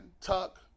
Tuck